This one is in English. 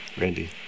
Randy